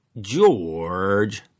George